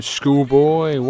schoolboy